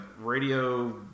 radio